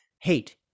hate